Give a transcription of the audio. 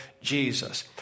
Jesus